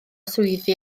swyddi